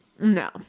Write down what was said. No